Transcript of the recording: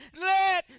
let